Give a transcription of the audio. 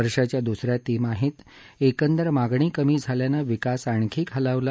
वर्षाच्या दुसऱ्या तिमाहीत एकंदर मागणी कमी झाल्यानं विकास आणखी खालावला